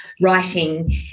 writing